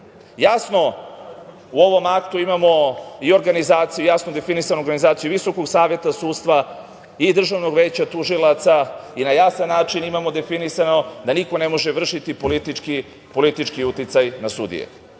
Jasno, u ovom aktu imamo i jasno definisanu organizaciju Visokog saveta sudstva i Državnog veća tužilaca i na jasan način imamo definisano da niko ne može vršiti politički uticaj na sudije. Meni